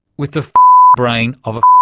with the brain of a.